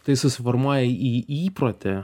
tai susiformuoja į įprotį